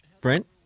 Brent